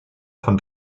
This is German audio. von